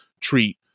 treat